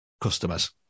customers